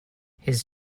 his